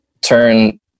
turn –